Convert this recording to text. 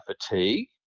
fatigue